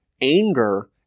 anger